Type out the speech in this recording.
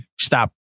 stop